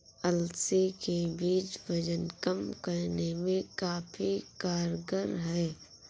अलसी के बीज वजन कम करने में काफी कारगर है